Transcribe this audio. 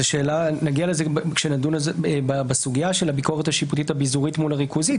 נגיע לזה כשנדון בסוגיה של הביקורת השיפוטית הביזורית מול הריכוזית,